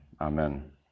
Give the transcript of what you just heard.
Amen